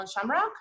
Shamrock